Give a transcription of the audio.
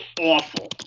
Awful